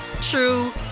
true